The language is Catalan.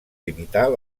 limitar